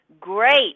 great